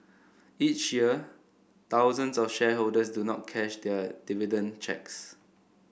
each year thousands of shareholders do not cash their dividend cheques